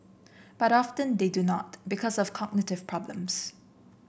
but often they do not because of cognitive problems